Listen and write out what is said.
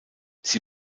sie